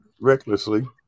recklessly